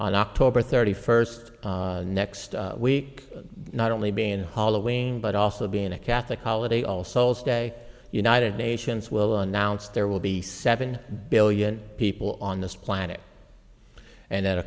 on october thirty first next week not only being hollowing but also being a catholic holiday all souls day united nations will announce there will be seven billion people on this planet and at a